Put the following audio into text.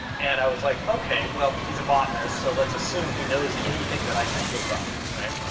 and i was like, okay, well, he's a botanist, so let's assume he knows anything that i can look up, right?